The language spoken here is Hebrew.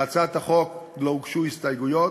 להצעת החוק לא הוגשו הסתייגויות,